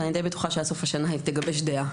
אבל אני דיי בטוחה שעד סוף השנה היא תגבש דעה.